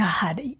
God